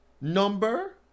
number